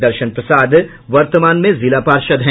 दर्शन प्रसाद वर्तमान में जिला पार्षद हैं